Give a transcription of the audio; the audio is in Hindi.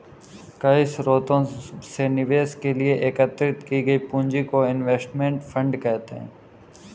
कई स्रोतों से निवेश के लिए एकत्रित की गई पूंजी को इनवेस्टमेंट फंड कहते हैं